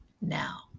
Now